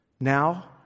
Now